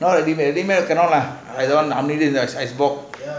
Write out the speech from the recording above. no lah ringman cannot lah I don't want how many days I at work